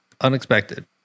unexpected